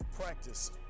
practice